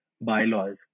bylaws